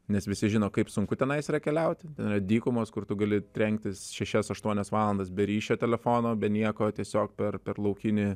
nes visi žino kaip sunku tenais yra keliauti dykumos kur tu gali trenktis šešias aštuonias valandas be ryšio telefono be nieko tiesiog per per laukinį